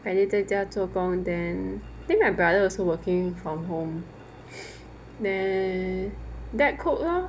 friday 在家做工 lor then then my brother also working from home then dad cook lor